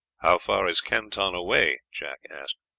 how far is canton away? jack asked.